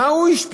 במה הוא השפיע?